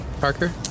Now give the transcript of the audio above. Parker